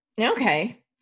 Okay